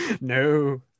No